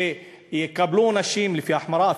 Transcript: שיקבלו עונשים לפי ההחמרה?